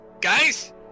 guys